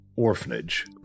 Orphanage